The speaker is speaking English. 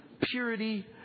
purity